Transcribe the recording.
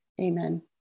Amen